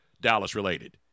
Dallas-related